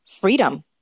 freedom